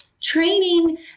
training